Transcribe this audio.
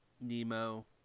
Nemo